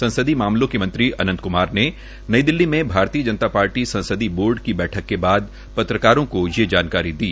संसदीय मामलों के मंत्री अनंत क्मार ने नई दिल्ली में भारतीय जनता पार्टी संसदीय बोर्ड की बैठक के बाद पत्रकारों को ये जानकारी दी